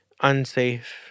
unsafe